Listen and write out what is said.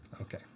Okay